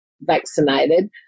vaccinated